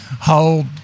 hold